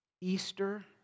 Easter